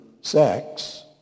sex